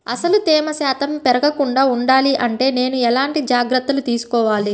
అసలు తేమ శాతం పెరగకుండా వుండాలి అంటే నేను ఎలాంటి జాగ్రత్తలు తీసుకోవాలి?